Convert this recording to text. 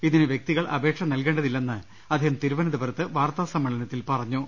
ഇതിന് വ്യക്തി കൾ അപേക്ഷ ന ൽ കേ ണ്ട തി ല്ലെന്ന് അദ്ദേഹം തിരുവനന്തപുരത്ത് വാർത്താ സമ്മേളനത്തിൽ പറഞ്ഞു